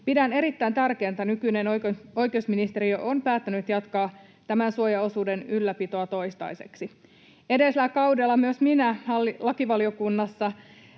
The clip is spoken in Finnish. Pidän erittäin tärkeänä, että nykyinen oikeusministeri on päättänyt jatkaa tämän suojaosuuden ylläpitoa toistaiseksi. Edellisellä kaudella myös minä olin lakivaliokunnassa,